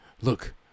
Look